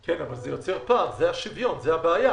כן, אבל זה יוצר פער, זה השוויון, זו הבעיה.